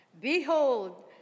Behold